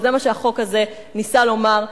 וזה מה שהחוק הזה ניסה לומר,